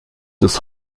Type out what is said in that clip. des